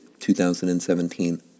2017